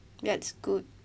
that's good